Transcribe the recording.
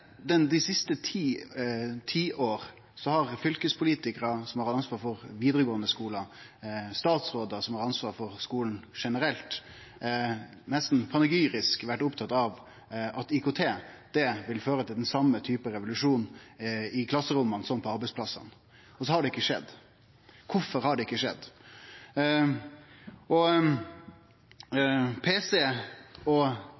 Dei siste tiåra har fylkespolitikarar som har ansvar for vidaregåande skular, og statsrådar som har hatt ansvar for skulen generelt, nesten panegyrisk vore opptatt av at IKT vil føre til den same typen revolusjon i klasseromma som på arbeidsplassane, og så har det ikkje skjedd. Kvifor har det ikkje skjedd? Vi kan slå fast i dag at pc og